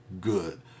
good